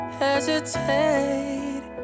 hesitate